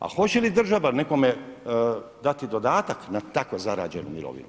A hoće li država nekome dati dodatak na tako zarađenu mirovinu?